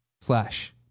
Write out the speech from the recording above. slash